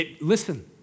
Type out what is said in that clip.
Listen